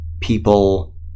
people